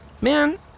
Man